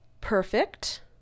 perfect